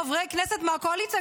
חברי הכנסת מהקואליציה,